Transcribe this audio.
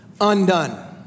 undone